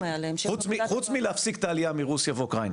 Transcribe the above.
חוץ מלהפסיק את העלייה מרוסיה ואוקראינה,